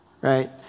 right